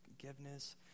forgiveness